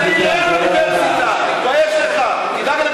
חבר הכנסת ביטן, ותאסוף את האידיאולוגיה, תירגע.